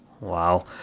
Wow